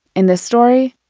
in this story,